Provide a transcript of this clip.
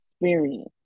experience